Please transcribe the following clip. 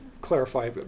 clarify